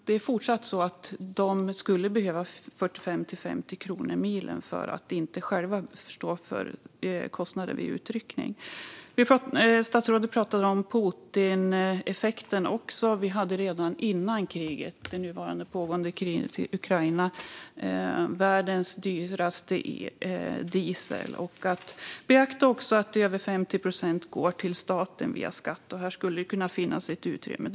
De skulle dock fortsatt behöva 45 till 50 kronor per mil för att inte själva behöva stå för kostnader vid utryckning. Statsrådet talar också om Putineffekten. Redan före det nu pågående kriget i Ukraina hade vi världens dyraste diesel. Beakta också att över 50 procent går till staten som skatt. Här skulle det kunna finnas ett utrymme.